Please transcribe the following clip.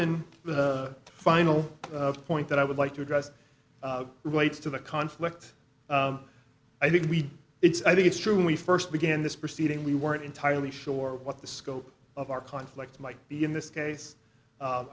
than the final point that i would like to address relates to the conflict i think we it's i think it's true when we first began this proceeding we weren't entirely sure what the scope of our conflict might be in this case